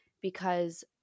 Because-